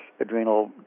adrenal